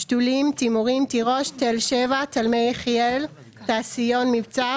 שתולים תימורים תירוש תל שבע תלמי יחיאל תעשיון מבצע